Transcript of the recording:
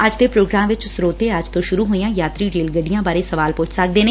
ੱਜ ਦੇ ਪੋਗਰਾਮ ਵਿਚ ਸਰੋਤੇ ਅੱਜ ਤੋਂ ਸੁਰੁ ਹੋਈਆਂ ਯਾਤਰੀ ਰੇਲ ਗੱਡੀਆਂ ਬਾਰੇ ਸਵਾਲ ਪੁੱਛ ਸਕਦੇ ਨੇ